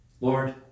Lord